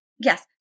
Yes